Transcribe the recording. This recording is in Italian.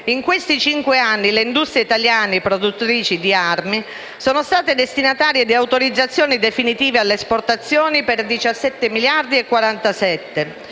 in questi cinque anni le industrie italiane produttrici di armi sono state destinatarie di autorizzazioni definitive alle esportazioni per 17,47 miliardi